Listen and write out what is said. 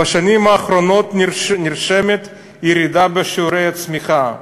"בשנים האחרונות נרשמת ירידה בשיעורי הצמיחה.